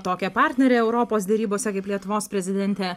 tokią partnerę europos derybose kaip lietuvos prezidentė